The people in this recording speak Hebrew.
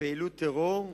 בפעילות טרור,